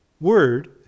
word